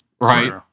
Right